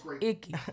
icky